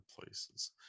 places